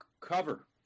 cover